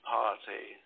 party